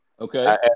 Okay